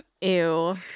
Ew